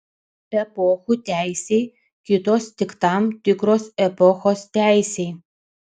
epochų teisei kitos tik tam tikros epochos teisei